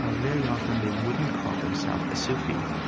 ah very often they wouldn't call themself a sufi,